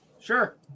Sure